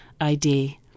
ID